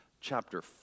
chapter